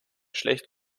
schlecht